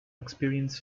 experience